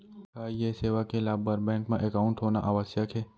का ये सेवा के लाभ बर बैंक मा एकाउंट होना आवश्यक हे